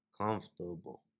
comfortable